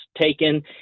taken